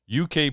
UK